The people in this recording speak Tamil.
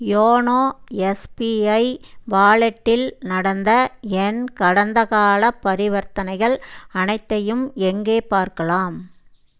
யோனோ எஸ்பிஐ வாலெட்டில் நடந்த என் கடந்தகாலப் பரிவர்த்தனைகள் அனைத்தையும் எங்கே பார்க்கலாம்